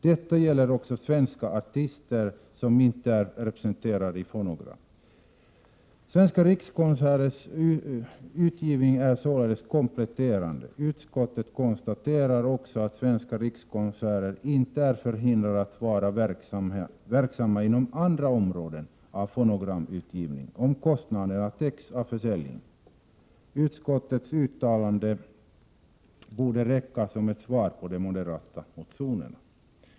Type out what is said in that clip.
Detta gäller också svenska artister som inte är representerade på fonogram. Svenska rikskonserters utgivning är således kompletterande. Utskottet konstaterar också att Svenska rikskonserter inte är förhindrad att vara verksam inom andra områden av fonogramutgivning om kostnaderna täcks av försäljning. Utskottets uttalande borde räcka som ett svar på de moderata motionerna.